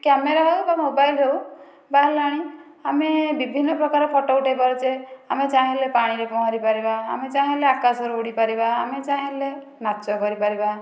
camera ହେଉ ବା mobile ହେଉ ବାହାରିଲାଣି ଆମେ ବିଭିନ୍ନ ପ୍ରକାର ଫଟୋ ଉଠେଇପାରୁଛେ ଆମେ ଚାହିଁଲେ ପାଣିରେ ପହଁରି ପାରିବା ଆମେ ଚାହିଁଲେ ଆକାଶରେ ଉଡ଼ିପାରିବା ଆମେ ଚାହିଁଲେ ନାଚ କରି ପାରିବା